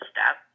Step